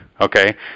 okay